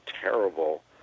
terrible